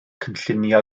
cynllunio